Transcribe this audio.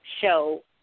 show